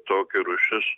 tokia rūšis